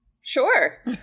Sure